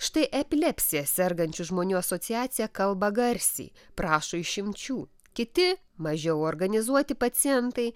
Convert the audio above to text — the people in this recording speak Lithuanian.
štai epilepsija sergančių žmonių asociacija kalba garsiai prašo išimčių kiti mažiau organizuoti pacientai